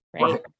right